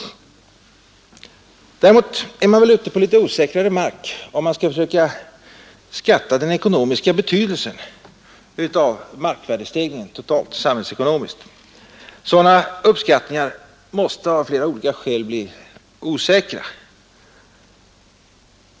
Däremot är man väl ute på litet mera osäker mark, om man skall försöka uppskatta den ekonomiska betydelsen av markvärdestegringen totalt och samhällsekonomiskt. Sådana uppskattningar måste av flera skäl bli osäkra.